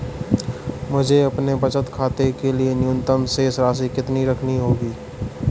मुझे अपने बचत खाते के लिए न्यूनतम शेष राशि कितनी रखनी होगी?